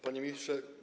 Panie Ministrze!